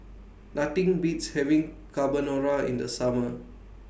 Nothing Beats having Carbonara in The Summer